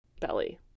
belly